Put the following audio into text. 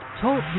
Talk